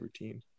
routine